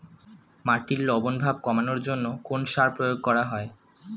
মাটির লবণ ভাব কমানোর জন্য কোন সার প্রয়োগ করা হয়?